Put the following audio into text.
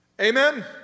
Amen